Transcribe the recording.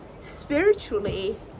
spiritually